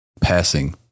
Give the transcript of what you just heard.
passing